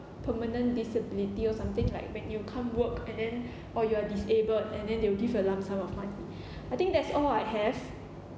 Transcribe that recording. permanent disability or something like when you come work and then or you are disabled and then they will give you a lump sum of money I think that's all I have